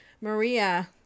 maria